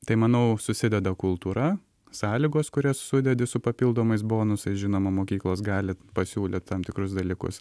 tai manau susideda kultūra sąlygos kurias sudedi su papildomais bonusais žinoma mokyklos gali pasiūlyt tam tikrus dalykus